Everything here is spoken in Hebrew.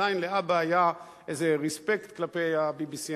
עדיין לאבא היה איזה רספקט כלפי ה-BBC,